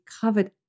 covered